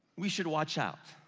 we should watch out.